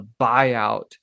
buyout